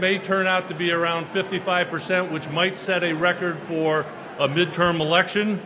may turn out to be around fifty five percent which might set a record for a midterm election